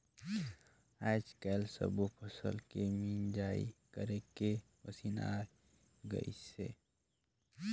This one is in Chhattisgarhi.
आयज कायल सब्बो फसल के मिंजई करे के मसीन आये गइसे